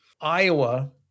Iowa